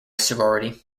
sorority